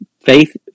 faith